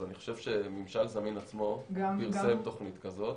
אני חושב שממשל זמין עצמו פרסם תוכנית כזו,